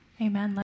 Amen